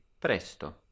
Presto